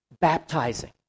baptizing